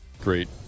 Great